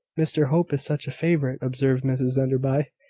mr hope is such a favourite! observed mrs enderby.